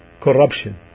corruption